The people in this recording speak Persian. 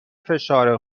فشار